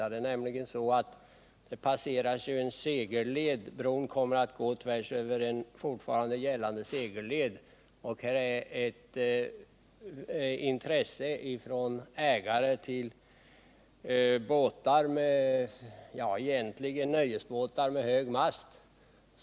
Bron kommer nämligen att gå tvärs över en angiven segelled, och vad som här kommit in i bilden är intressen från ägare till nöjesbåtar med för hög mast.